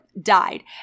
died